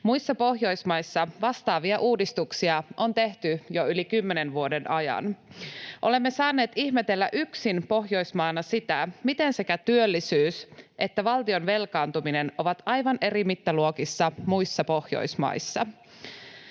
Muissa Pohjoismaissa vastaavia uudistuksia on tehty jo yli kymmenen vuoden ajan. Olemme saaneet ihmetellä yksin Pohjoismaana sitä, miten sekä työllisyys että valtion velkaantuminen ovat aivan eri mittaluokissa muissa Pohjoismaissa.